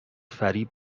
فریب